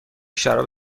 شراب